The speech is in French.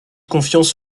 confiance